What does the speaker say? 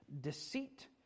deceit